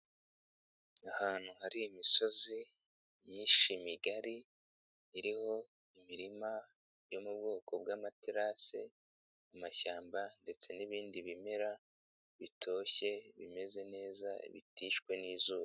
Ahantu hari imisozi myinshi imigari, iriho imirima yo mu bwoko bw'amaterasi, amashyamba ndetse n'ibindi bimera, bitoshye bimeze neza, bitishwe n'izuba.